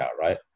right